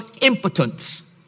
impotence